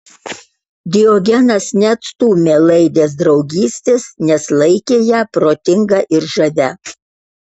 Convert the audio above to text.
diogenas neatstūmė laidės draugystės nes laikė ją protinga ir žavia